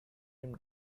him